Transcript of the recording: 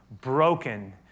broken